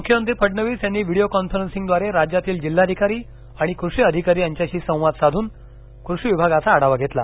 मुख्यमंत्री फडणवीस यांनी व्हिडिओ कॉन्फरन्सिंगद्वारे राज्यातील जिल्हाधिकारी आणि कृषी अधिकारी यांच्याशी संवाद साधून कृषी विभागाचा आढावा घेतला